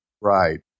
Right